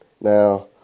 Now